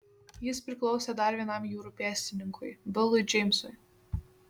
jis priklausė dar vienam jūrų pėstininkui bilui džeimsui